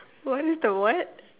what is the what